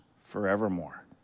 forevermore